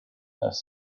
this